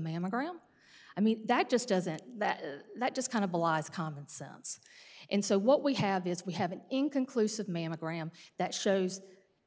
mammogram i mean that just doesn't that that just kind of belies common sense and so what we have is we have an inconclusive mammogram that shows